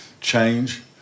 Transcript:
change